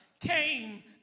came